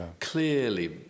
Clearly